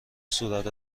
صورت